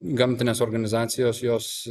gamtinės organizacijos jos